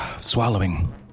swallowing